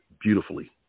beautifully